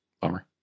Bummer